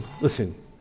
listen